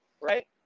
right